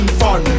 fun